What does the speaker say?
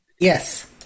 yes